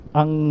ang